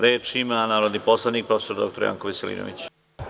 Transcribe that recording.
Reč ima narodni poslanik prof. dr Janko Veselinović.